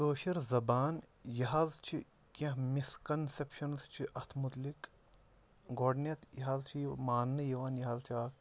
کٲشِر زَبان یہِ حظ چھِ کینٛہہ مِسکَنسٮ۪پشَنٕز چھِ اَتھ مُتعلق گۄڈٕنٮ۪تھ یہِ حظ چھِ یہِ ماننہٕ یِوان یہِ حظ چھِ اَکھ